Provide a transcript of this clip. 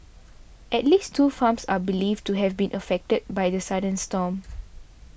at least two farms are believed to have been affected by the sudden storm